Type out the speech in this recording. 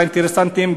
של האינטרסנטים,